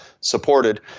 supported